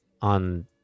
on